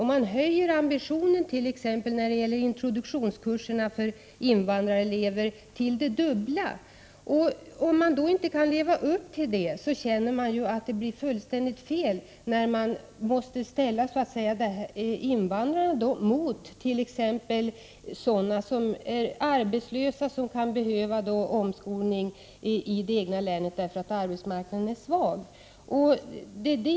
Om man höjer ambitionen, t.ex. när det gäller introduktionskurserna för invandrarelever, till det dubbla, och om man inte kan leva upp till den ambitionen, så känner man att det blir fullständigt fel när man måste ställa invandrarna mot personer som är arbetslösa och som kan behöva omskolning i det egna länet därför att arbetsmarknaden är svag.